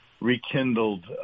rekindled